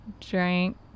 drank